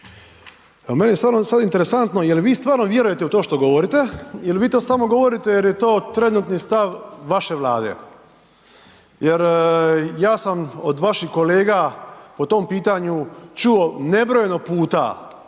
stvarno sada interesantno jel' vi stvarno vjerujete u to što govorite ili vi to samo govorite jer je to trenutni stav vaše Vlade? Jer ja sam od vaših kolega po tom pitanju čuo nebrojeno puta